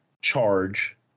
charge